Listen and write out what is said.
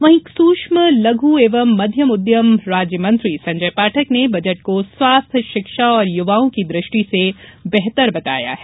वहीं सूक्ष्म लद्यु एवम् उद्यम राज्यमंत्री संजय पाठक ने बजट को स्वास्थ्य शिक्षा और युवाओं की दृष्टि र्से बेहतर बताया है